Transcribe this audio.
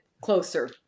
closer